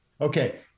Okay